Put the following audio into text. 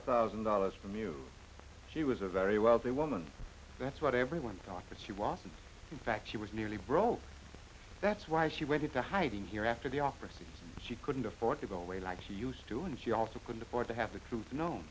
a thousand dollars from you she was a very wealthy a woman that's what everyone thought but she wasn't in fact she was nearly broke that's why she went into hiding here after the office and she couldn't afford to go away like she used to and she also couldn't afford to have the truth kno